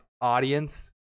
audience